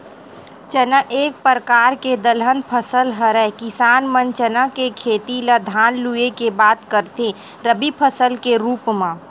चना एक परकार के दलहन फसल हरय किसान मन चना के खेती ल धान लुए के बाद करथे रबि फसल के रुप म